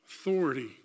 Authority